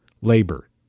labor